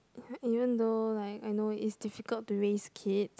even even though I know like it's difficult to raise kid